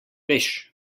veš